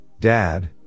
Dad